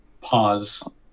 Pause